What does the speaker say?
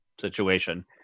situation